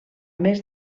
més